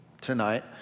tonight